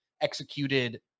executed